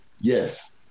Yes